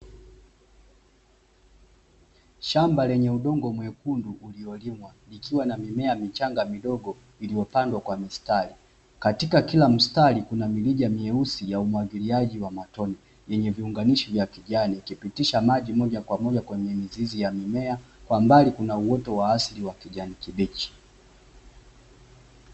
Shamba lenye udongo mwekundu uliolimwa likiwa na mimea michanga midogo iliyopandwa kwa mistari, katika kila mstari kuna mirina meusi ya umwagiliaji wa matone yenye viunganishi vya kijani, ikipitisha maji moja kwa moja kwa mizizi ya mimea. Kwa mbali kuna uoto wa asili wa kijani kibichi.